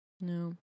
No